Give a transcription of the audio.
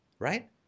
Right